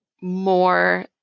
more